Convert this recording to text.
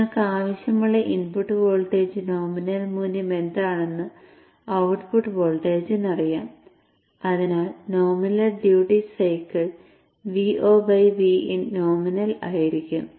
നിങ്ങൾക്ക് ആവശ്യമുള്ള input voltage nominal മൂല്യം എന്താണെന്ന് ഔട്ട്പുട്ട് വോൾട്ടേജിനു അറിയാം അതിനാൽ nominal duty cycle VoVin nominal ആയിരിക്കും